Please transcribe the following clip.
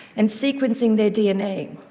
and sequencing their dna.